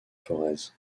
forez